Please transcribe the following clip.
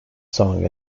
song